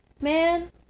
man